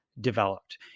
developed